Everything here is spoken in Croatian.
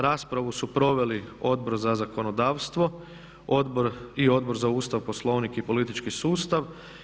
Raspravu su proveli Odbor za zakonodavstvo i Odbor za Ustav, Poslovnik i politički sustav.